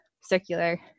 circular